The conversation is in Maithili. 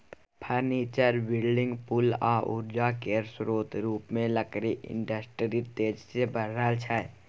फर्नीचर, बिल्डिंग, पुल आ उर्जा केर स्रोत रुपमे लकड़ी इंडस्ट्री तेजी सँ बढ़ि रहल छै